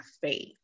faith